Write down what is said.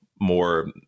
more